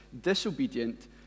disobedient